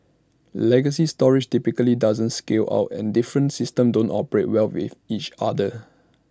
legacy storage typically doesn't scale out and different systems don't operate well with each other